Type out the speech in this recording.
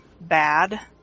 bad